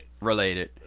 Related